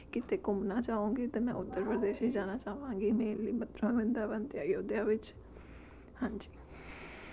ਕਿਤੇ ਘੁੰਮਣਾ ਚਾਹਾਂਗੀ ਤਾਂ ਮੈਂ ਉੱਤਰ ਪ੍ਰਦੇਸ਼ ਹੀ ਜਾਣਾ ਚਾਹਾਂਗੀ ਮੇਨਲੀ ਮਥੁਰਾ ਵਰਿੰਦਾਵਨ ਅਤੇ ਅਯੋਧਿਆ ਵਿੱਚ ਹਾਂਜੀ